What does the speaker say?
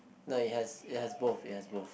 no it has it has both it has both